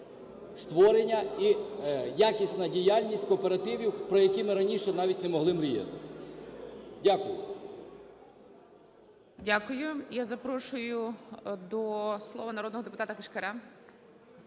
створення і якісна діяльність кооперативів, про які ми раніше навіть не могли мріяти. Дякую. ГОЛОВУЮЧИЙ. Дякую. Я запрошую до слова народного депутата Кишкаря.